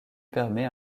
permet